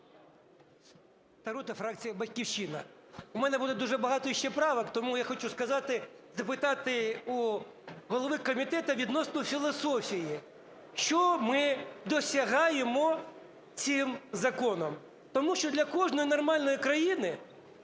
Тарута, фракція "Батьківщина". У мене буде дуже багато іще правок, тому я хочу сказати, запитати у голови комітету, відносно філософії. Що ми досягаємо цим законом? Тому що для кожної нормальної країни